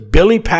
Billy